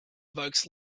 evokes